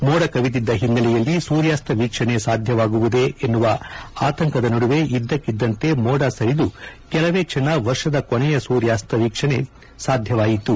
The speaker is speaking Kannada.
ಮೋಡ ಕವಿದಿದ್ದ ಹಿನ್ನೆಲೆಯಲ್ಲಿ ಸೂರ್ಯಾಸ್ತ ವೀಕ್ಷಣೆ ಸಾಧ್ಯವಾಗುವುದೇ ಎನ್ನುವ ಆತಂಕದ ನಡುವೆ ಇದ್ದಕ್ಷಿದ್ದಂತೆ ಮೋಡ ಸರಿದು ಕೆಲವೇ ಕ್ಷಣ ವರ್ಷದ ಕೊನೆಯ ಸೂರ್ಯಾಸ್ತ ವೀಕ್ಷಣೆ ಸಾಧ್ಯವಾಯಿತು